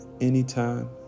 anytime